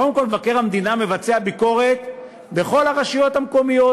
קודם כול מבקר המדינה מבצע ביקורת בכל הרשויות המקומיות.